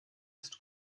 ist